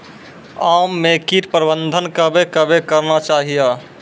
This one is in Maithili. आम मे कीट प्रबंधन कबे कबे करना चाहिए?